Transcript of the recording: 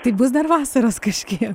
taip bus dar vasaros kažkiek